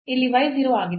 ಇಲ್ಲಿ y 0 ಆಗಿದೆ